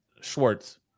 Schwartz